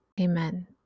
Amen